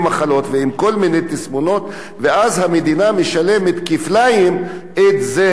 ואז המדינה משלמת כפליים על זה שאין להם הביטחון התזונתי.